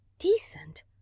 Decent